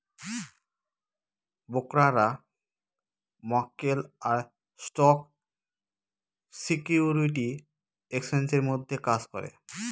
ব্রোকাররা মক্কেল আর স্টক সিকিউরিটি এক্সচেঞ্জের মধ্যে কাজ করে